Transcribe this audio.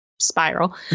spiral